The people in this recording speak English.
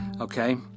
okay